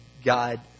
God